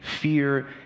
fear